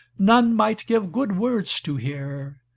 none might give good words to hear,